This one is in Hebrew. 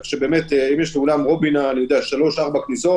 כך שאם יש לאולם רובינא שלוש או ארבע כניסות,